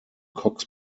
cox